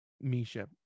misha